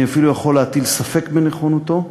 אני אפילו יכול להטיל ספק בנכונותו.